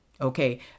okay